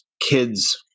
kids